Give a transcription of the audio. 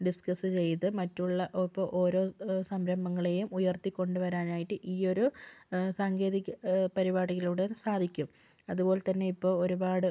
discuss ചെയ്ത് മറ്റുള്ള ഇപ്പോൾ ഓരോ സംരംഭങ്ങളെയും ഉയർത്തിക്കൊണ്ടുവരാനായിട്ട് ഈയൊരു സാങ്കേതിക പരിപാടിയിലൂടെ സാധിക്കും അതുപോലെത്തന്നെ ഇപ്പോൾ ഒരുപാട്